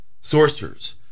sorcerers